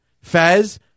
Fez